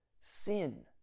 sin